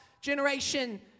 Generation